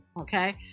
Okay